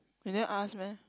you never ask meh